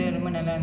mm